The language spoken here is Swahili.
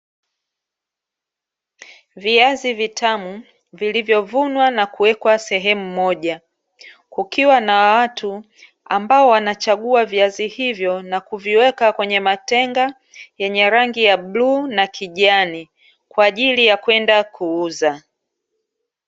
Viazi vitamu villivyovunwa na kuwekwa sehemu moja, kukiwa na watu ambao wanachagua viazi hivyo na kuviweka kwenye matenga, yenye rangi ya buluu na kijani kwaajili ya kwenda kuuza.